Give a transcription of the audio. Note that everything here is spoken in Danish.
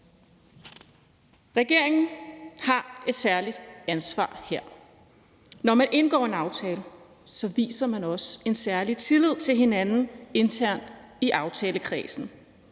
Regeringen har et særligt ansvar her. Når man indgår en aftale, viser man også en særlig tillid til hinanden internt i aftalekredsen.